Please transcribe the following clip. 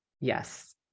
Yes